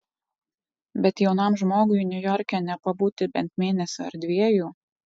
bet jaunam žmogui niujorke nepabūti bent mėnesio ar dviejų